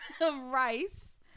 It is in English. rice